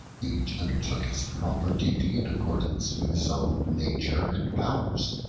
each undertook his proper duty in accordance with his own nature and powers.